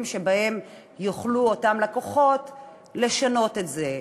שבהם יוכלו אותם לקוחות לשנות את זה,